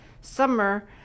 summer